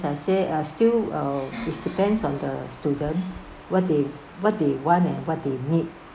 what I said still uh is depends on the student what they what they want and what they need